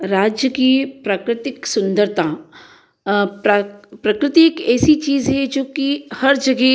राज्य की प्रकृतिक सुंदरता प्र प्रकृति एक ऐसी चीज है जो कि हर जगह